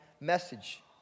message